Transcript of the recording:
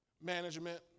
Management